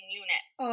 units